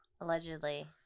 Allegedly